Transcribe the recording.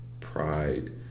pride